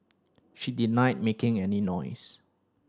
she denied making any noise